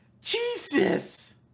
Jesus